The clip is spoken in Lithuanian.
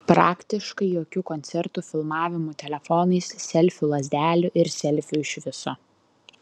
praktiškai jokių koncertų filmavimų telefonais selfių lazdelių ir selfių iš viso